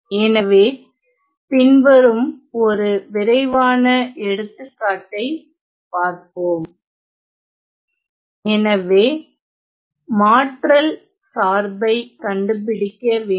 எனவே பின்வரும் ஒரு விரைவான எடுத்துக்காட்டை பார்ப்போம் எனவே மாற்றல் சார்பை கண்டுபிடிக்க வேண்டும்